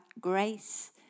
grace